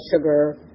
sugar